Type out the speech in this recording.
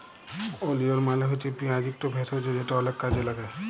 ওলিয়ল মালে হছে পিয়াঁজ ইকট ভেষজ যেট অলেক কাজে ল্যাগে